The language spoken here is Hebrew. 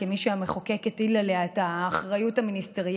כמי שהמחוקק הטיל עליה את האחריות המיניסטריאלית